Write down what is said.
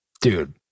dude